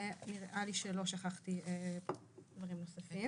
ונראה לי שלא שכחתי דברים נוספים.